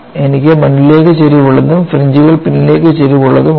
എനിക്ക് മുന്നിലേക്ക് ചരിവുള്ളതും ഫ്രിഞ്ച്കൾ പിന്നിലേക്ക് ചരിവുള്ളതും ഉണ്ട്